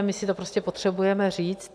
My si to prostě potřebujeme říct.